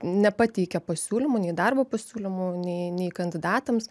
nepateikia pasiūlymų nei darbo pasiūlymų nei nei kandidatams